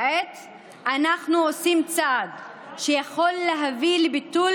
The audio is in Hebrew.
כעת אנחנו עושים צעד שיכול להביא לביטול